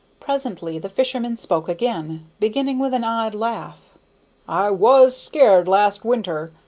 presently the fisherman spoke again, beginning with an odd laugh i was scared last winter!